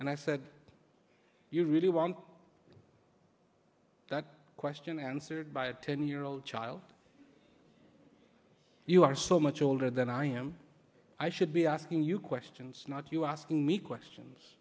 and i said you really want that question answered by a ten year old child you are so much older than i am i should be asking you questions not you asking me questions